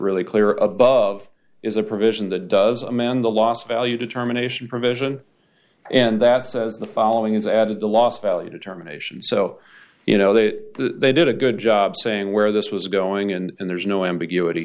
really clear above is a provision that does a man the last value determination provision and that says the following is added the last value determination so you know that they did a good job saying where this was going and there's no ambiguity